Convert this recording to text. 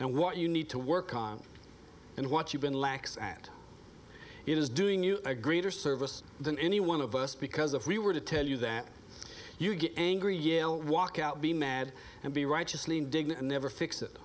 and what you need to work on and what you've been lax at it is doing you a greater service than any one of us because if we were to tell you that you get angry yale walk out be mad and be righteously indignant and never fix it